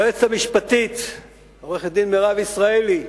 ליועצת המשפטית עורכת-הדין מירב ישראלי,